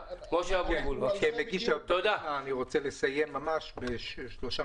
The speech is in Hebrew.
כמגיש ההצעה אני רוצה לסיים בשלושה